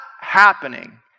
happening